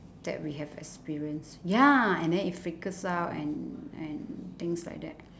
that we have experienced ya and then it freak us out and and things like that